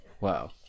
Wow